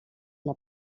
una